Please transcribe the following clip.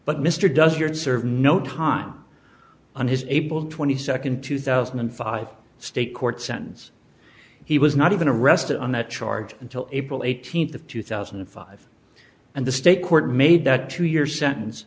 but mr does your serve no time on his able to twenty second two thousand and five state court sentence he was not even arrested on that charge until april eighteenth of two thousand and five and the state court made that two year sentence